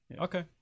okay